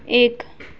एक